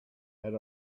had